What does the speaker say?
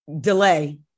delay